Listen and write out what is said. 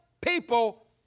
people